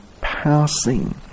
passing